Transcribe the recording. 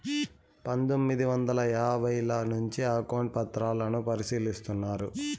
పందొమ్మిది వందల యాభైల నుంచే అకౌంట్ పత్రాలను పరిశీలిస్తున్నారు